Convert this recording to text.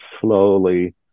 slowly